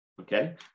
Okay